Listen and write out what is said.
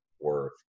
worth